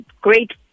great